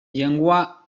llengua